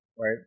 right